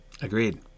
Agreed